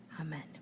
amen